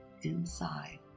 inside